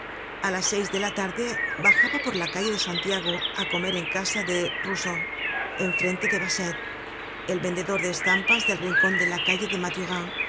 a las seis dela tarde bajaba por la calle de santiago á comer en casa de rousseau en frente de basset el vendedor de estampas del rincon de la calle de